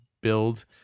build